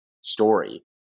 story